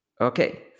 Okay